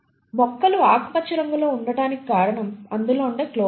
మొక్కలు ఆకుపచ్చ రంగులో ఉండటానికి కారణం అందులో ఉండే క్లోరోఫిల్